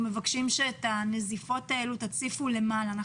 אנחנו מבקשים שאת הנזיפות האלו תציפו למעלה.